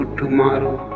tomorrow